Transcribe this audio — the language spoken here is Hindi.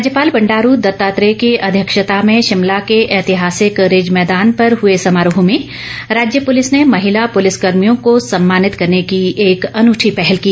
राज्यपाल बंडारू दत्तात्रेय की अध्यक्षता में शिमला के ऐतिहासिक रिज मैदान पर हुए समारोह में राज्य पुलिस ने महिला पुलिस कर्मियों को सम्मानित करने की एक अनुठी पहल की